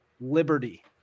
liberty